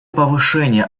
повышения